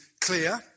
clear